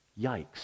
Yikes